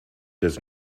does